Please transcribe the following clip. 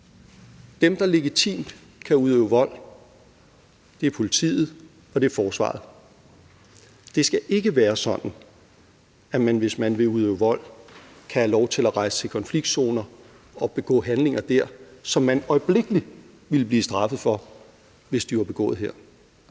Dem, der legitimt kan udøve vold, er politiet og forsvaret. Det skal ikke være sådan, at man, hvis man udøver vold, kan have lov til at rejse til konfliktzoner og begå handlinger der, som man øjeblikkelig ville blive straffet for, hvis de var blevet begået her.